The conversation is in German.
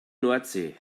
nordsee